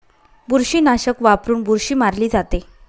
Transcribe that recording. बुरशीनाशक वापरून बुरशी मारली जाते